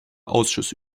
ausschüsse